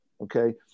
okay